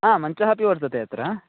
आ मञ्चः अपि वर्तते अत्र